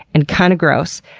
and kind of gross.